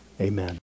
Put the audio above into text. Amen